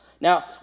Now